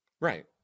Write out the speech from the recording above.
Right